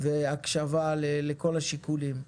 והקשבה לכל השיקולים.